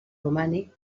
romànic